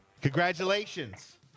Congratulations